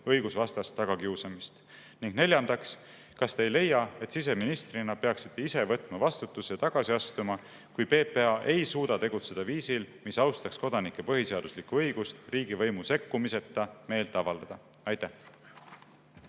õigusvastast tagakiusamist? Neljandaks, kas te ei leia, et siseministrina peaksite ise võtma vastutuse ja tagasi astuma, kui PPA ei suuda tegutseda viisil, mis austaks kodanike põhiseaduslikku õigust riigivõimu sekkumiseta meelt avaldada? Aitäh!